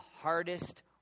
hardest